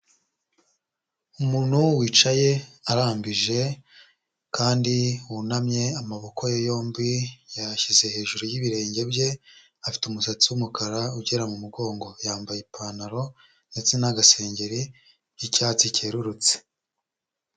Umuntu wicaye arambije kandi wunamye amaboko ye yombi yayashyize hejuru y'ibirenge bye, afite umusatsi w'umukara ugera mu mugongo, yambaye ipantalo ndetse n'agasengeri k'icyatsi cyerurutse.